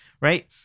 right